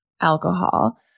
alcohol